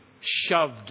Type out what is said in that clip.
shoved